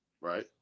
Right